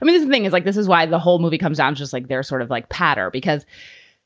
i mean, this thing is like this is why the whole movie comes out, um just like they're sort of like patter because